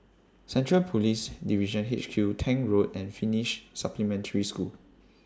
Central Police Division H Q Tank Road and Finnish Supplementary School